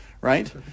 right